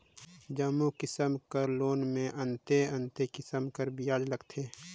जम्मो किसिम कर लोन में अन्ते अन्ते किसिम कर बियाज लगथे